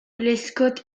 lescot